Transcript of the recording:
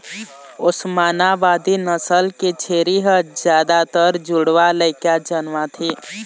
ओस्मानाबादी नसल के छेरी ह जादातर जुड़वा लइका जनमाथे